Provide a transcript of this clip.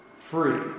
free